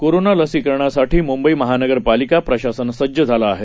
कोरोनालसीकरणासाठीमुंबईमहानगरपालिकाप्रशासनसज्जझालंआहे